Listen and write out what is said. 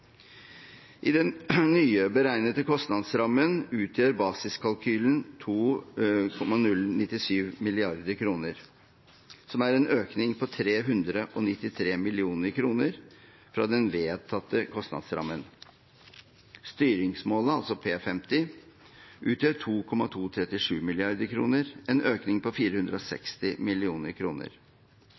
I den nye, beregnede kostnadsrammen utgjør basiskalkylen 2,097 mrd. kr, som er en økning på 393 mill. kr fra den vedtatte kostnadsrammen. Styringsmålet – altså «P50» – utgjør 2,237 mrd. kr, en økning på 460